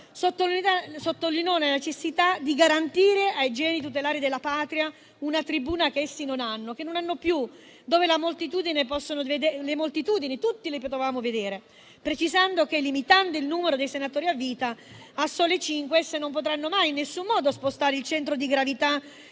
sottolineò la necessità di garantire ai geni tutelari della Patria una tribuna che essi non hanno, che non hanno più, dove tutte le moltitudini avrebbero potuto vederli, precisando che, limitando il numero dei senatori a vita a soli cinque, essi non avrebbero potuto mai e in alcun modo spostare il centro di gravità